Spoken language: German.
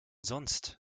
sonst